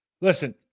listen